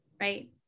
Right